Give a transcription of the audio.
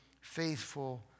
faithful